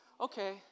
Okay